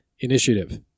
initiative